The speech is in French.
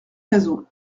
cazaux